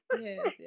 Yes